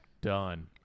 done